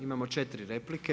Imamo 4 replike.